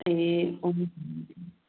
ए हुन्छ